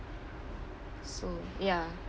so ya